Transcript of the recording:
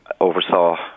oversaw